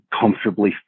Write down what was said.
comfortably